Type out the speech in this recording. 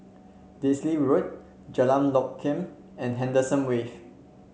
Daisy Road Jalan Lokam and Henderson Wave